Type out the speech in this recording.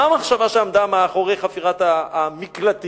מה המחשבה שעמדה מאחורי חפירת המקלטים?